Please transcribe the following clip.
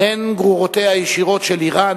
הם גרורותיה הישירות של אירן,